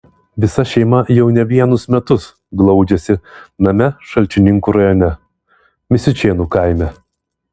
visa šeima jau ne vienus metus glaudžiasi name šalčininkų rajone misiučėnų kaime